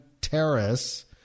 Terrace